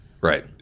right